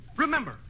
Remember